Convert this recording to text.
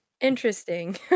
Interesting